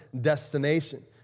destination